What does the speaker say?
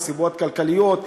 מסיבות כלכליות,